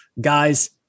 Guys